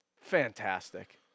fantastic